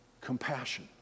compassion